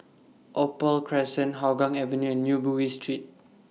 Opal Crescent Hougang Avenue and New Bugis Street